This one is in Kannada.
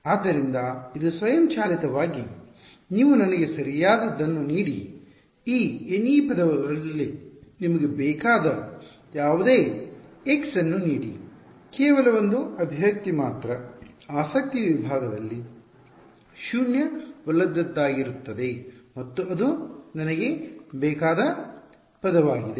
ಆದ್ದರಿಂದ ಇದು ಸ್ವಯಂಚಾಲಿತವಾಗಿ ನೀವು ನನಗೆ ಸರಿಯಾದದನ್ನು ನೀಡಿ ಈ Ne ಪದಗಳಲ್ಲಿ ನಿಮಗೆ ಬೇಕಾದ ಯಾವುದೇ x ಅನ್ನು ನೀಡಿ ಕೇವಲ ಒಂದು ಅಭಿವ್ಯಕ್ತಿ ಮಾತ್ರ ಆಸಕ್ತಿಯ ವಿಭಾಗದಲ್ಲಿ ಶೂನ್ಯವಲ್ಲದದ್ದಾಗಿರುತ್ತದೆ ಮತ್ತು ಅದು ನನಗೆ ಬೇಕಾದ ಪದವಾಗಿದೆ